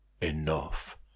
enough